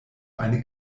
eine